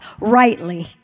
rightly